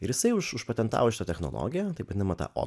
ir jisai užpatentavo šita technologiją taip vadinamą tą